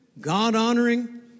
God-honoring